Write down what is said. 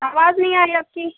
آواز نہیں آ رہی آپ کی